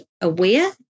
aware